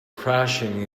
crashing